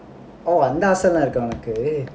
oh அந்த ஆசைலாம் இருக்கா உனக்கு:antha aasailaam irukkaa unakku